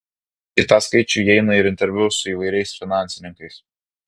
į tą skaičių įeina ir interviu su įvairiais finansininkais